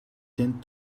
tend